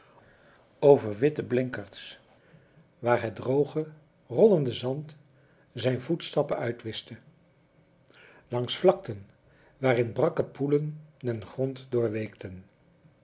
over witte blinkerds waar het droge rollende zand zijn voetstappen uitwischte langs vlakten waarin brakke poelen den grond